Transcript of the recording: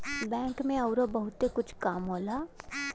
bank में अउरो बहुते कुछ काम होला